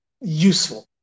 useful